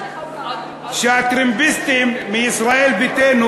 הטרמפיסטים מישראל ביתנו,